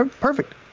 Perfect